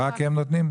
רק הם נותנים?